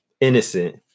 innocent